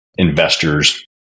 investors